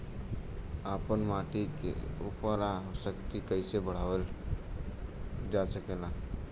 आपन माटी क उर्वरा शक्ति कइसे बढ़ावल जा सकेला?